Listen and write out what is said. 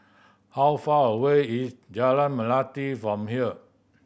how far away is Jalan Melati from here